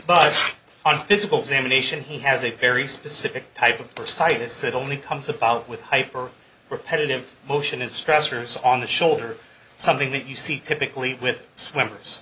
but on physical examination he has a very specific type of person this it only comes about with hyper repetitive motion in stressors on the shoulder something that you see typically with swimmers